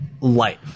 life